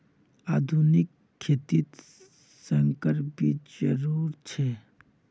आधुनिक खेतित संकर बीज जरुरी छे